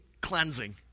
cleansing